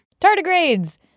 Tardigrades